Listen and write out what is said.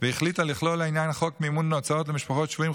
והחליטה לכלול לעניין חוק מימון הוצאות למשפחות שבויים,